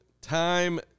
time